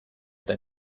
eta